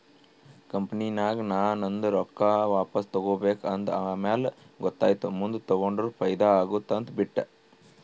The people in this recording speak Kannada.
ಕಂಪನಿನಾಗ್ ನಾ ನಂದು ರೊಕ್ಕಾ ವಾಪಸ್ ತಗೋಬೇಕ ಅಂದ ಆಮ್ಯಾಲ ಗೊತ್ತಾಯಿತು ಮುಂದ್ ತಗೊಂಡುರ ಫೈದಾ ಆತ್ತುದ ಅಂತ್ ಬಿಟ್ಟ